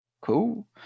Cool